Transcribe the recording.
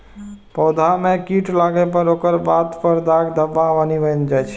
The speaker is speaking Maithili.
पौधा मे कीट लागै पर ओकर पात पर दाग धब्बा बनि जाइ छै